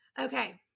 okay